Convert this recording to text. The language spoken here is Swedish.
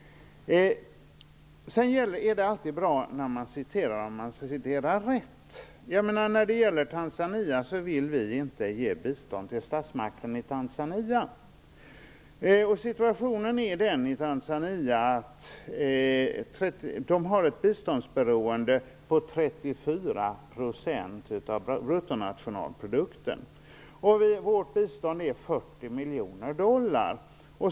Sedan vill jag säga att det är bra om citaten är riktiga när man citerar. När det gäller Tanzania vill vi inte ge bistånd till statsmakten. Situationen i Tanzania är den att man har ett biståndsberoende på 34 % av bruttonationalprodukten. Vårt bistånd är 40 miljoner dollar.